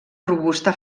robusta